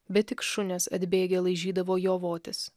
bet tik šunys atbėgę laižydavo jo votis